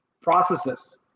Processes